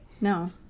no